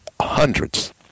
hundreds